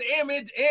image